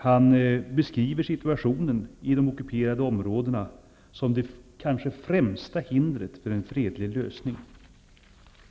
Han beskrev situationen i de ockuperade områdena som det kanske främsta hindret för en fredlig lösning.